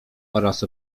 oraz